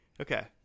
okay